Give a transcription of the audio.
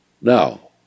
Now